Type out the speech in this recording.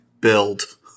build